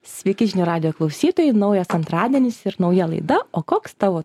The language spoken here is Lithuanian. sveiki žinių radijo klausytojai naujas antradienis ir nauja laida o koks tavo